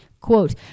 quote